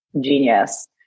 genius